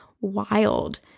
wild